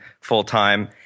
full-time